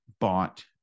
bought